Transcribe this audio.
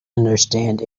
understand